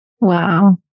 Wow